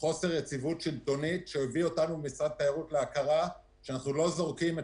- חוסר יציבות שלטונית שמביא את משרד התיירות להכרה שאנחנו לא זורקים את